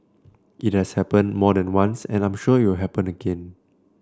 it has happened more than once and I'm sure it will happen again